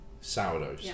sourdough